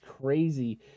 crazy